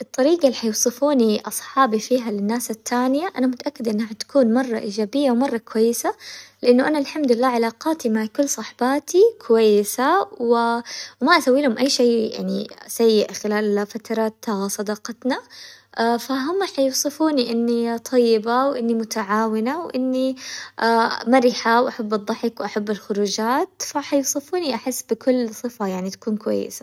الطريقة اللي حيوصفوني أصحابي فيها للناس التانية أنا متأكدة إنها حتكون مرة إيجابية ومرة كويسة، لأنه أنا الحمد لله علاقاتي مع كل صحباتي كويسة و وما أسويلهم أي شي يعني سيء خلال فترة صداقتنا، فهم حيوصفوني إني طيبة وإني متعاونة وإني مرحة وأحب الضحك، وأحب الخروجات فحيوصوفوني أحس بكل صفة يعني تكون كويسة.